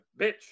Bitch